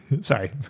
Sorry